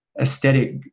aesthetic